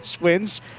wins